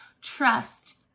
trust